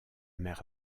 mer